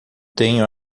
tenho